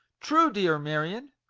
true, dear marion!